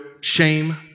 shame